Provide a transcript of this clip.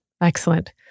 Excellent